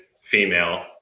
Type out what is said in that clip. female